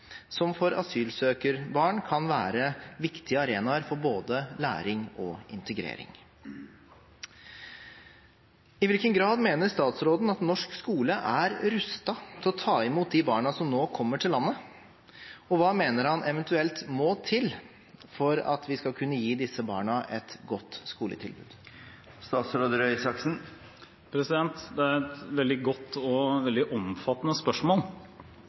som for asylsøkerbarn kan være viktige arenaer for både læring og integrering. I hvilken grad mener statsråden at norsk skole er rustet til å ta imot de barna som nå kommer til landet? Og hva mener han eventuelt må til for at vi skal kunne gi disse barna et godt skoletilbud? Dette er et veldig godt og veldig omfattende spørsmål.